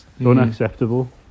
unacceptable